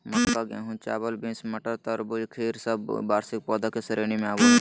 मक्का, गेहूं, चावल, बींस, मटर, तरबूज, खीर सब वार्षिक पौधा के श्रेणी मे आवो हय